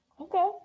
okay